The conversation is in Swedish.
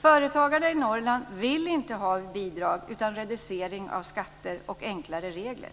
Företagarna i Norrland vill inte ha bidrag utan reducering av skatter och enklare regler.